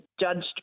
judged